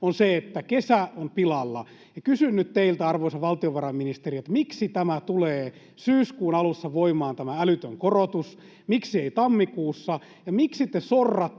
on se, että kesä on pilalla. Kysyn nyt teiltä, arvoisa valtiovarainministeri, miksi tulee syyskuun alussa voimaan tämä älytön korotus? Miksi ei tammikuussa, ja miksi te sorratte